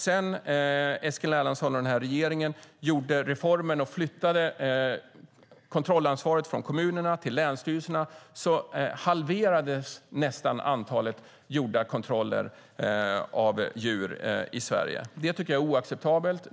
Sedan Eskil Erlandsson och den här regeringen gjorde den reform som flyttade kontrollansvaret från kommunerna till länsstyrelserna har nästan antalet gjorda kontroller halverats. Det tycker jag är oacceptabelt.